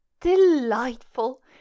delightful